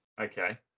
Okay